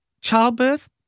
childbirth